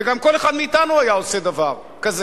וגם כל אחד מאתנו היה עושה דבר כזה.